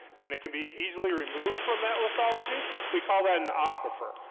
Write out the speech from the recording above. and it can be easily removed from that lithology, we call that an aquifer.